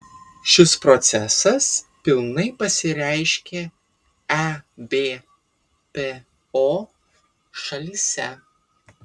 šis procesas pilnai pasireiškė ebpo šalyse